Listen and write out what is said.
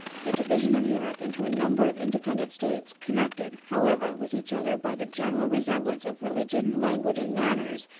the division of europe into a number of independent states, connected, however, with each other by the general resemblance of religion, language, and manners,